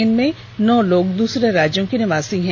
इनमें नौ लोग दूसरे राज्यों के निवासी हैं